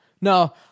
no